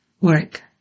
work